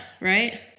right